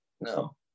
no